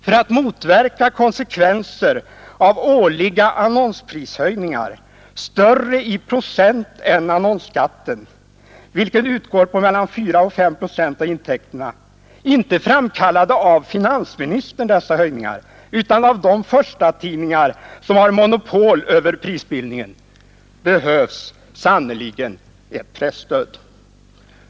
För att motverka konsekvensen av årliga | omm annonsprishöjningar, större i procent än annonsskatten, vilken utgått med mellan 4 och 5 procent av intäkterna — inte framkallade av finansministern, utan av de förstatidningar som har monopol över prisbildningen — behövs sannerligen ett presstöd.